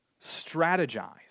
strategize